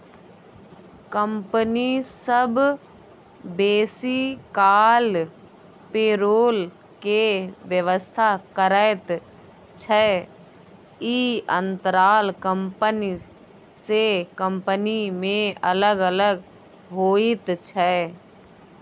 company सब बेसी काल पेरोल के व्यवस्था करैत छै, ई अंतराल कंपनी से कंपनी में अलग अलग होइत छै